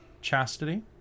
chastity